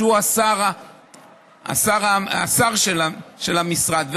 שהוא השר של המשרד,